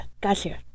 Gotcha